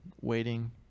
waiting